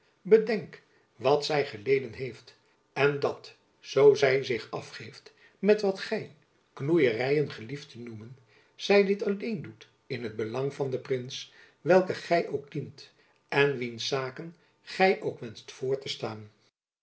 bedenk wat zy geleden heeft en dat zoo zy zich afgeeft met wat gy knoejeryen gelieft te noemen zy dit alleen doet in het jacob van lennep elizabeth musch belang van den prins welken gy ook dient en wiens zaken gy ook wenscht voor te staan